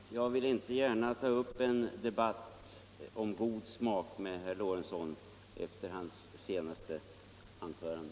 Herr talman! Jag vill inte gärna ta upp en debatt om god smak med herr Lorentzon efter hans senaste anförande.